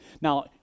Now